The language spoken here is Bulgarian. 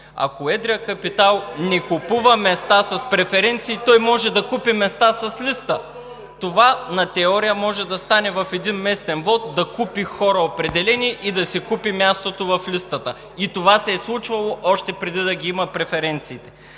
Ако едрият капитал не купува места с преференции, той може да купи места с листа. Това на теория може да стане – в един местен вот да купи определени хора и да си купи мястото в листата. И това се е случвало още преди да ги има преференциите.